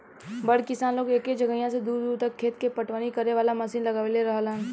बड़ किसान लोग एके जगहिया से दूर दूर तक खेत के पटवनी करे वाला मशीन लगवले रहेलन